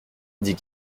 dit